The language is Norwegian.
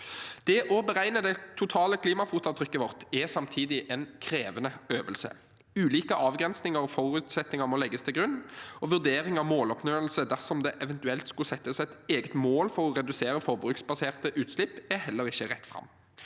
Det å beregne det totale klimafotavtrykket vårt er samtidig en krevende øvelse. Ulike avgrensninger og forutsetninger må legges til grunn. Vurdering av måloppnåelse dersom det eventuelt skulle settes et eget mål for å redusere forbruksbaserte utslipp, er heller ikke rett fram.